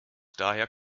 daher